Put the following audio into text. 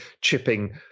chipping